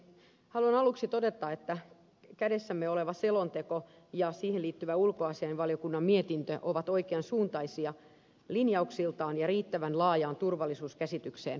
haluan aluksi todeta että kädessämme oleva selonteko ja siihen liittyvä ulkoasiainvaliokunnan mietintö ovat oikean suuntaisia linjauksiltaan ja riittävän laajaan turvallisuuskäsitykseen pohjautuvia